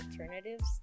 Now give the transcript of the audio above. alternatives